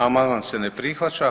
Amandman se ne prihvaća.